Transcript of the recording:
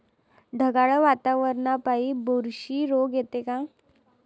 ढगाळ वातावरनापाई बुरशी रोग येते का?